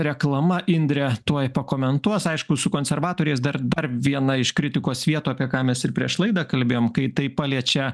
reklama indrė tuoj pakomentuos aišku su konservatoriais dar dar viena iš kritikos vietų apie ką mes ir prieš laidą kalbėjom kai tai paliečia